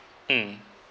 mm